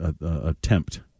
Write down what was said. attempt